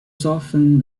softened